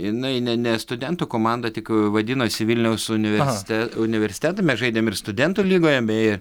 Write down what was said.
jinai ne ne studentų komanda tik vadinosi vilniaus universite universiteta mes žaidėm ir studentų lygoje beje